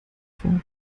vor